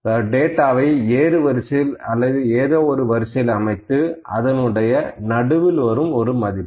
அதாவது டேட்டாவை ஏறுவரிசையில் அல்லது ஏதோ ஒரு வரிசையில் அமைத்து அதனுடைய நடுவில் வரும் ஒரு மதிப்பு